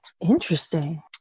interesting